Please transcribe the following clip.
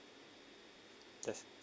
that's